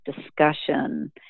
discussion